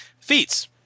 Feats